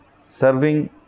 Serving